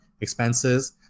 expenses